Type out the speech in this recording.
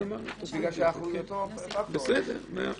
בסדר, מאה אחוז.